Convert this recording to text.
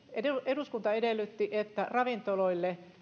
eduskunta edellytti että ravintoloille